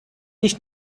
nicht